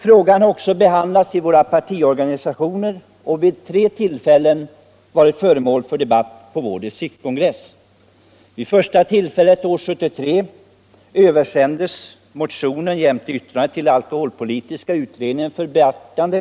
Frågan har också behandlats i våra partiorganisationer och vid tre tillfällen varit föremål för debatt på vår distriktskongress. Vid första tillfället, år 1973, översändes motionen jämte yttrande till alkoholpolitiska utredningen för beaktande.